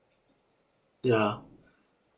ya